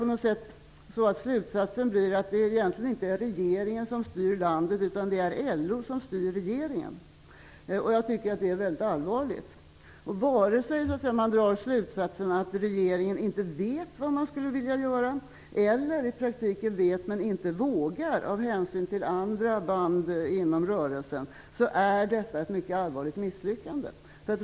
På något sätt blir slutsatsen litet grand att det egentligen inte är regeringen som styr landet, utan det är LO som styr regeringen. Jag tycker att det är väldigt allvarligt. Vare sig man drar slutsatsen att regeringen inte vet vad den skulle vilja göra eller i praktiken vet, men inte vågar av hänsyn till andra band inom rörelsen, så är detta ett mycket allvarligt misslyckande.